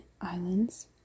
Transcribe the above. Islands